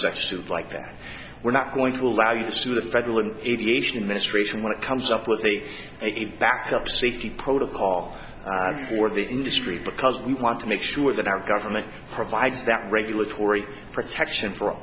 suit like that we're not going to allow you to sue the federal aviation administration when it comes up with a it backed up safety protocol for the industry because we want to make sure that our government provides that regulatory protection for